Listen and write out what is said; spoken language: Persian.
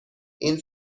این